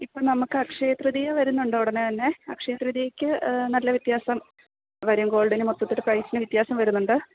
ഇപ്പോള് നമ്മള്ക്ക് അക്ഷയതൃതിയ വരുന്നുണ്ട് ഉടനെ തന്നെ അക്ഷയതൃതീയയ്ക്കു നല്ല വ്യത്യാസം വരും ഗോള്ഡിന് മൊത്തത്തില് പ്രൈസിനു വ്യത്യാസം വരുന്നുണ്ട്